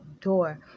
door